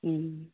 ம்